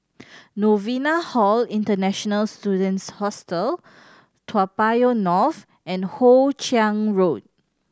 Novena Hall International Students Hostel Toa Payoh North and Hoe Chiang Road